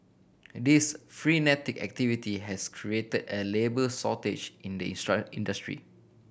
this frenetic activity has create a labour shortage in the industry